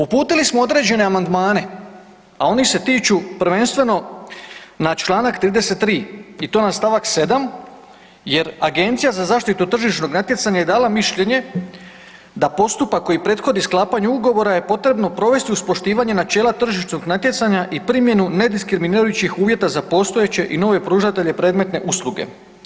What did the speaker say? Uputili smo određene amandmane, a oni se tiču prvenstveno na čl. 33. i to na st. 7. jer Agencija za zaštitu tržišnog natjecanja je dala mišljenje da postupak koji prethodi sklapanju ugovora je potrebno provesti uz poštivanje načela tržišnog natjecanja i primjenu ne diskriminirajućih uvjeta za postojeće i nove pružatelje predmetne usluge.